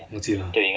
忘记 lah